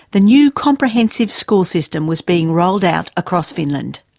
the new comprehensive school system was being rolled out across finland.